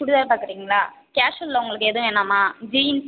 சுடிதார் பார்க்குறீங்களா கேஷுவலில் உங்களுக்கு எதுவும் வேணாமா ஜீன்ஸ்